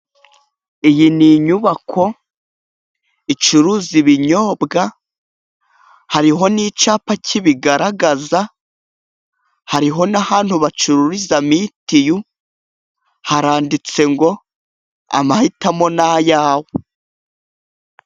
Iyi ni inyubako icuruza ibinyobwa, hariho n'icyapa kibigaragaza, hariho n'ahantu bacururiza mitiyu haranditse ngo amahitamo nayawe.